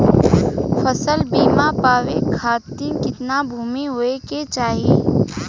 फ़सल बीमा पावे खाती कितना भूमि होवे के चाही?